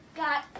got